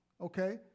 okay